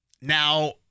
Now